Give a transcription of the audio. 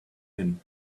him